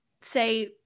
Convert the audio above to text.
say